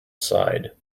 sighed